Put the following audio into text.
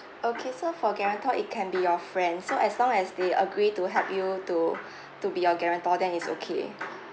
okay so for guarantor it can be your friend so as long as they agree to help you to to be your guarantor then it's okay